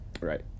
Right